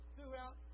throughout